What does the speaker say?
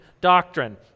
doctrine